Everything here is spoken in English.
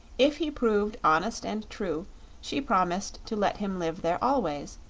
if he proved honest and true she promised to let him live there always,